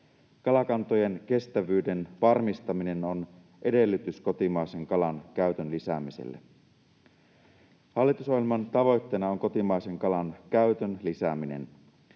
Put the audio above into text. Kalakantojen kestävyyden varmistaminen on edellytys kotimaisen kalan käytön lisäämiselle. Hallitusohjelman tavoitteena on kotimaisen kalan käytön lisääminen.